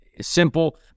simple